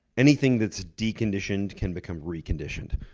anything that's deconditioned can become reconditioned.